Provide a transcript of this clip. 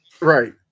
Right